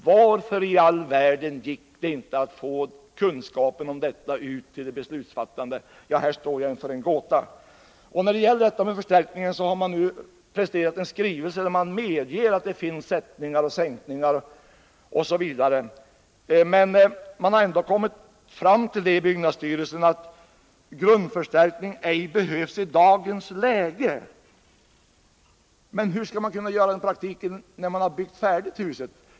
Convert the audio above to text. Varför i all världen kunde man inte få ut denna kunskap till beslutsfattarna? Vi står här inför en gåta. Byggnadsstyrelsen har i frågan om grundförstärkningarna nu i en skrivelse medgivit att det förekommer sättningar och sänkningar inom det gamla riksdagshuset, men byggnadsstyrelsen hävdar ändå att grundförstärkning ej behövs ”i dagens läge”. Men hur skall man i praktiken kunna genomföra en sådan sedan huset byggts färdigt?